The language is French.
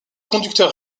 conducteur